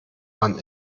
man